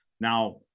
Now